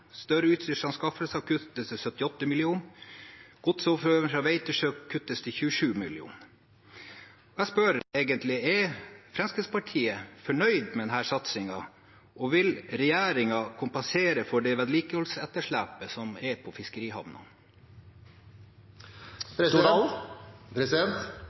større utstyrsanskaffelser kuttes med 78 mill. kr, og godsoverføring fra vei til sjø kuttes med 27 mill. kr. Jeg spør egentlig: Er Fremskrittspartiet fornøyd med denne satsingen, og vil regjeringen kompensere for det vedlikeholdsetterslepet som er på